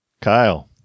Kyle